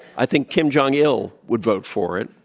i think kim jong-il would vote for it,